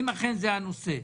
אם אכן זה הנושא.